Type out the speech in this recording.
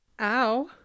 Ow